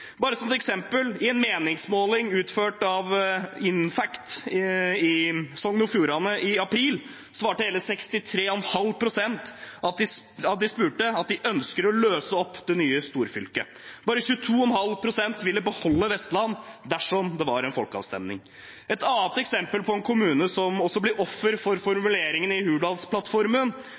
Bare som et eksempel: I en meningsmåling utført av InFact i Sogn og Fjordane i april svarte hele 63,5 pst. av de spurte at de ønsker å løse opp det nye storfylket. Bare 22,5 pst. ville beholde Vestland dersom det var en folkeavstemning. Et annet eksempel på en kommune som også ble offer for formuleringen i Hurdalsplattformen,